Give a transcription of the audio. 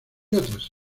otras